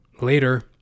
Later